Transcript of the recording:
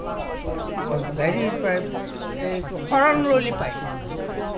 হেৰি এইটো হৰণ ল'লে পায়